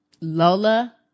Lola